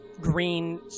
green